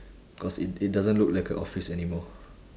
cause it it doesn't look like a office anymore